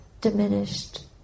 diminished